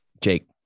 Jake